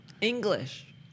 English